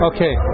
Okay